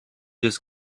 just